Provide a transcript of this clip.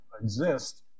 exist